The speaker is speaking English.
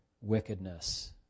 wickedness